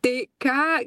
tai ką